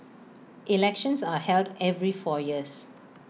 elections are held every four years